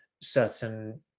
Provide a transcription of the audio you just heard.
certain